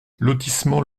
lotissement